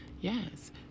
yes